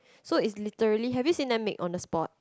so is literally have you seen them make on the spot